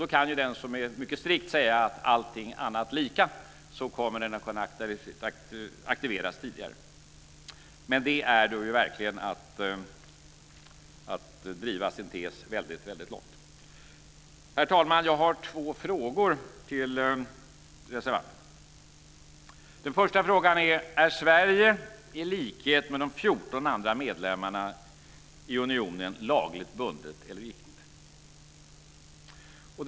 Då kan den som är mycket strikt säga att "allting annat lika" kommer balanseringen att kunna aktiveras tidigare. Men det är verkligen att driva sin tes väldigt långt. Herr talman! Jag har två frågor till reservanterna. Den första är: Är Sverige i likhet med de 14 andra medlemmarna i unionen lagligt bundet eller inte?